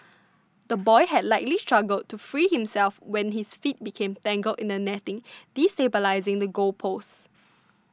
the boy had likely struggled to free himself when his feet became tangled in the netting destabilising the goal post